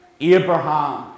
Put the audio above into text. Abraham